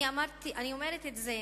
אני אומרת את זה